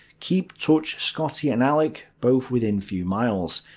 keep touch scottie and alec both within few miles.